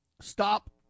stop